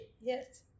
Yes